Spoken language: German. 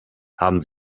haben